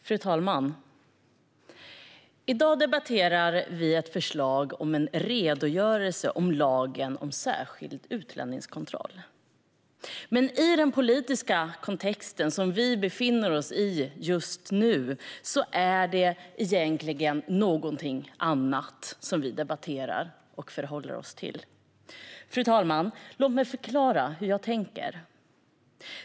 Fru talman! I dag debatterar vi ett förslag om en redogörelse för tillämpningen av lagen om särskild utlänningskontroll. Men i den politiska kontext som vi befinner oss i just nu är det egentligen någonting annat som vi debatterar och förhåller oss till. Fru talman! Låg mig förklara hur jag tänker.